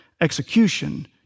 execution